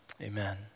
amen